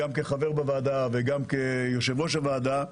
גם כחבר בוועדה וגם כיושב-ראש הוועדה.